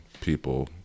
people